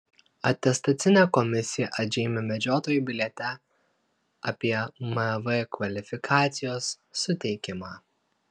atestacinė komisija atžymi medžiotojų biliete apie mv kvalifikacijos suteikimą